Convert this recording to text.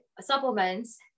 supplements